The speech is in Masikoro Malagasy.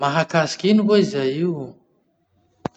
Mahakasiko ino koahy zay io?